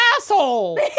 asshole